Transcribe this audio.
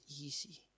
easy